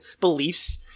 beliefs